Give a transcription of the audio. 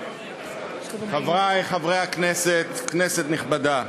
חברי חברי הכנסת, כנסת נכבדה,